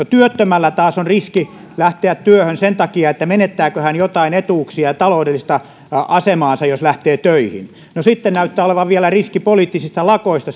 työttömällä taas on riski lähteä työhön sen takia menettääkö hän joitain etuuksia ja taloudellista asemaansa jos lähtee töihin sitten näyttää olevan vielä riski poliittisista lakoista